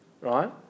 right